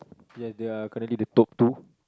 ya they are currently the top two